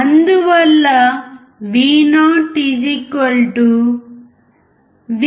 అందువల్ల V0Vin1R2R1